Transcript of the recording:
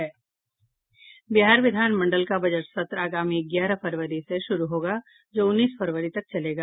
बिहार विधानमंडल का बजट सत्र आगामी ग्यारह फरवरी से शुरू होगा जो उन्नीस फरवरी तक चलेगा